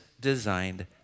designed